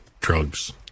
drugs